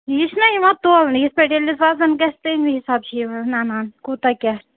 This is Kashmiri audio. یہِ چھُنَہ یِوان تولنہٕ یِتھ پٲٹھۍ ییٚلہِ وَزَن گژھِ تَمی حساب چھِ نَنان کوٗتاہ کیٛاہ